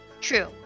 True